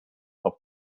auf